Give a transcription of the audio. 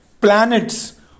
planets